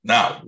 Now